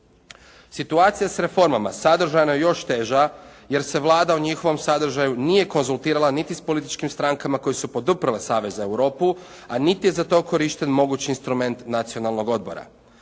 Situacija s reformama sadržajno je još teža jer se Vlada o njihovom sadržaju nije konzultirala niti s političkim strankama koje su poduprle savez za Europu, a niti je za to korišten mogući instrument Nacionalnog odbora.